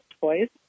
toys